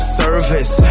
service